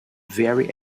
very